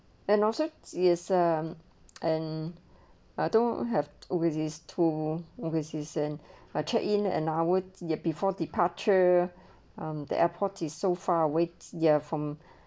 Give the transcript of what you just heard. and also is ah and I don't have overseas to overseas and check in an hour before departure um the airport is so far which ya from